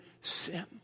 sin